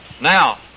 Now